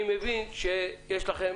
אני מבין שיש לכם